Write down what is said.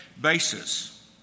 basis